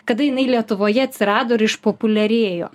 kada jinai lietuvoje atsirado ir išpopuliarėjo